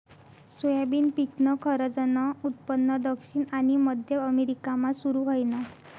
soybean पिकनं खरंजनं उत्पन्न दक्षिण आनी मध्य अमेरिकामा सुरू व्हयनं